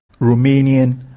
Romanian